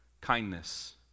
kindness